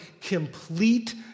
complete